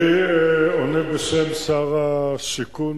אני עונה בשם שר השיכון,